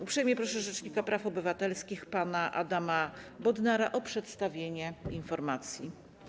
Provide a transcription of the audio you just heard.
Uprzejmie proszę rzecznika praw obywatelskich pana Adama Bodnara o przedstawienie informacji.